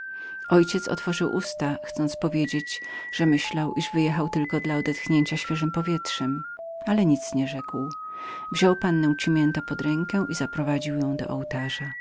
ojciec otworzył usta chcąc powiedzieć że myślał iż wyjechał tylko dla odetchnięcia świeżem powietrzem ale nic nie rzekł wziął pannę cimiento za rękę i zaprowadził ją do ołtarza